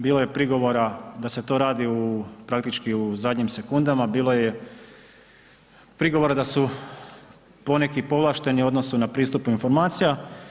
Bilo je prigovora da se to radi praktički u zadnjim sekundama, bilo je prigoda da su poneki povlašteni u odnosu na pristup informacija.